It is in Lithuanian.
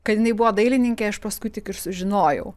kad jinai buvo dailininkė aš paskui tik ir sužinojau